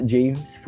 James